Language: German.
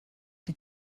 die